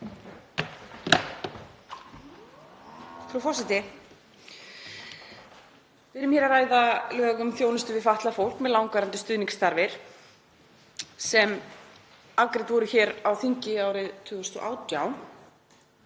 Frú forseti. Við erum hér að ræða lög um þjónustu við fatlað fólk með langvarandi stuðningsþarfir sem afgreidd voru hér á þingi árið 2018.